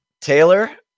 taylor